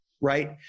right